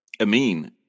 Amin